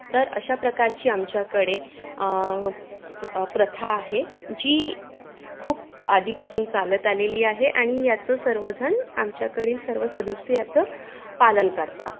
तर अशा प्रकारची आमच्याकडे प्रथा आहे जी खूप आधीपासून चालत आलेली आहे आणि याचं सर्व जण आमच्याकडील सर्व सदस्य याचं पालन करतात